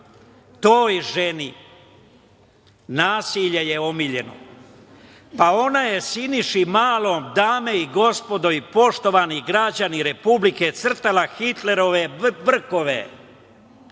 Toj ženi nasilje je omiljeno. Ona je Siniši Malom, dame i gospodo, poštovani građani Republike Srbije, crtala Hitlerove brkove.